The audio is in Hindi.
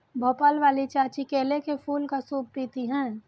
भोपाल वाली चाची केले के फूल का सूप पीती हैं